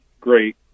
great